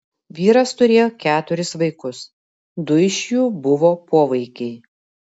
vyras turėjo keturis vaikus du iš jų buvo povaikiai